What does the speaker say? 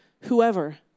whoever